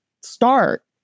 start